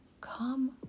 come